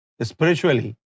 spiritually